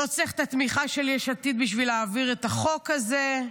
לא צריך את התמיכה של יש עתיד בשביל להעביר את החוק הזה.